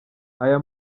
aya